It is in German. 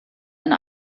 eine